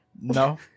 No